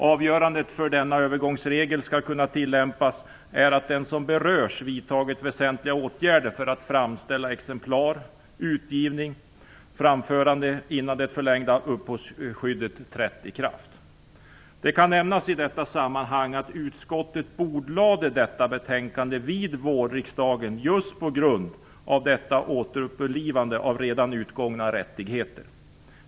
Avgörande för att denna övergångsregel skall kunna tillämpas är att den som berörs vidtagit väsentliga åtgärder för framställning av exemplar, för utgivning och framförande innan det förlängda upphovsskyddet trätt i kraft. Det kan i detta sammanhang nämnas att utskottet bordlade detta betänkande under vårriksdagen just på grund av detta återupplivande av redan utgångna rättigheter.